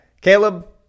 Caleb